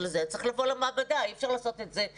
צריך לבוא למעבדה ואי אפשר לעשות את הבחינה ב-זום.